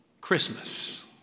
Christmas